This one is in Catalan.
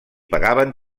pagaven